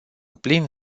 plin